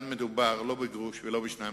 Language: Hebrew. מדובר כאן לא בגרוש ולא בשניים,